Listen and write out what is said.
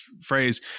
phrase